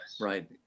Right